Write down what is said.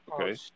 Okay